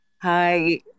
Hi